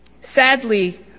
Sadly